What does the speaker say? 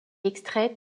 extraites